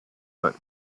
but